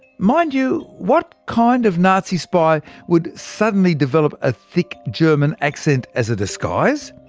mind you, what kind of nazi spy would suddenly develop a thick german accent as a disguise?